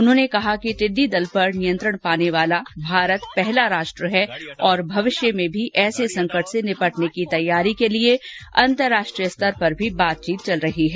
उन्होंने कहा कि टिड्डी दल पर नियंत्रण पाने वाला भारत पहला राष्ट्र है और भविष्य में भी ऐसे संकट से निपटने की तैयारी करने के लिए अंतरराष्ट्रीय स्तर भी बातचीत चल रही है